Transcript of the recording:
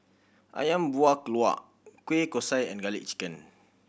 Ayam Buah Keluak Kueh Kosui and Garlic Chicken